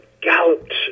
galloped